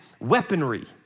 weaponry